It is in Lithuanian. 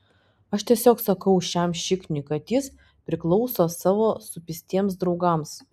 aš tiesiog sakau šiam šikniui kad jis priklauso savo supistiems draugams